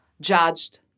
judged